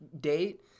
date –